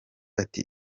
ati